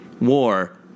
war